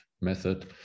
method